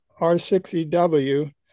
R6EW